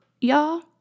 y'all